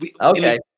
Okay